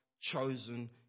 chosen